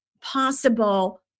possible